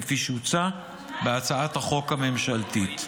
כפי שהוצע בהצעת החוק הממשלתית.